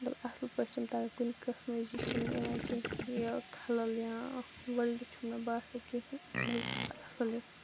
اصل پٲٹھۍ چھِم تَگان کُنہِ قٕسمٕچ یہِ چھُم نہٕ یِوان کیٚنٛہہ کہِ خلَل یا وٕلٹہٕ چھُم نہٕ باسان کِہیٖنۍ مےٚ چھُ باسان اصل یہِ